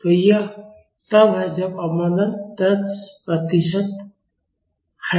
तो यह तब है जब अवमंदन 10 प्रतिशत है